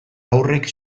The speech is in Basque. haurrek